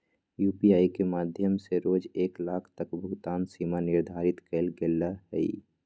UPI के माध्यम से रोज एक लाख तक के भुगतान सीमा निर्धारित कएल गेल हइ